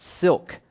silk